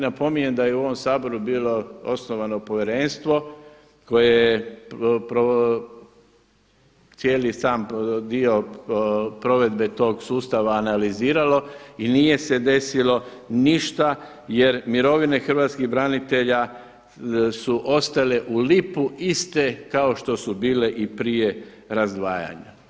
Napominjem da je u ovom Saboru bilo osnovano povjerenstvo koje je cijeli sam dio provedbe tog sustava analiziralo i nije se desilo ništa jer mirovine hrvatskih branitelja su ostale u lipu iste kao što su bile i prije razdvajanja.